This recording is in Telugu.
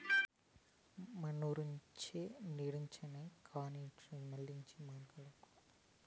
మనూరి చెర్లో నీరుండాది కానీ చేనుకు మళ్ళించే మార్గమేలే